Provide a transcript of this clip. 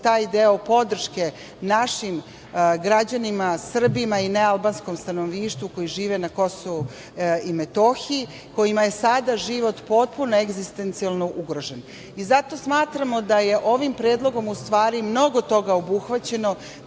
za taj deo podrške našim građanima, Srbima i nealbanskom stanovništvu koji žive na Kosovu i Metohiji, kojima je sada život potpuno egzistencionalno ugrožen. Zato smatramo da je ovim predlogom u stvari mnogo toga obuhvaćeno,